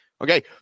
Okay